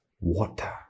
water